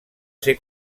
ser